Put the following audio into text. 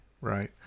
right